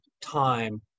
time